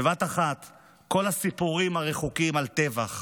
בבת אחת כל הסיפורים הרחוקים על טבח,